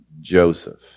Joseph